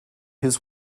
his